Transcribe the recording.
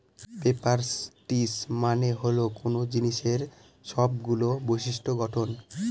properties মানে হল কোনো জিনিসের সবগুলো বিশিষ্ট্য গঠন